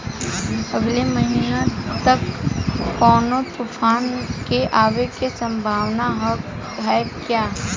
अगले महीना तक कौनो तूफान के आवे के संभावाना है क्या?